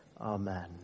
Amen